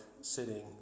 sitting